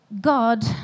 God